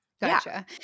gotcha